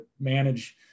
manage